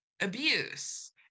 abuse